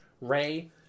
Ray